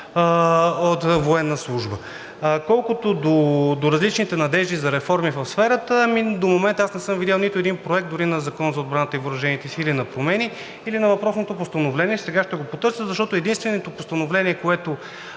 от военна служба. Колкото до различните надежди за реформи в сферата – до момента аз не съм видял нито един проект, дори и на Закона за отбраната и въоръжените сили, за промени, или на въпросното постановление. Сега ще го потърся, защото единственото постановление, което